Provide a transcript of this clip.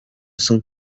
cent